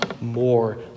more